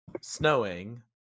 snowing